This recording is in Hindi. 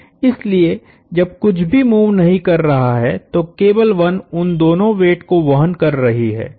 इसलिए जब कुछ भी मूव नहीं कर रहा है तो केबल 1 उन दोनों वेट को वहन कर रहा है